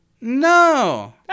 no